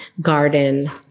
garden